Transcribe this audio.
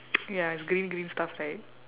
ya it's green green stuff right